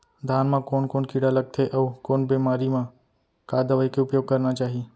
धान म कोन कोन कीड़ा लगथे अऊ कोन बेमारी म का दवई के उपयोग करना चाही?